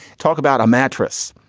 talk about a mattress.